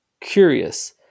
curious